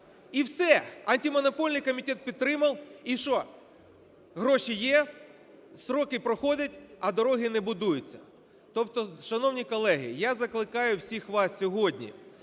і все. Антимонопольний комітет підтримав – і що? Гроші є, строки проходять, а дороги не будуються. Тобто, шановні колеги, я закликаю всіх вас сьогодні,